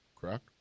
correct